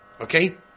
okay